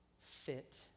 fit